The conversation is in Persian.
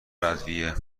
ادویه